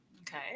Okay